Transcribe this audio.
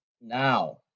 now